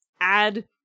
add